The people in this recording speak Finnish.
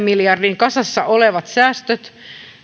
miljardin kasassa olevat säästöt